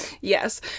yes